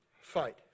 fight